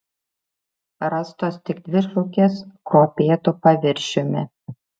rastos tik dvi šukės kruopėtu paviršiumi